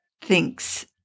thinks